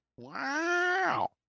wow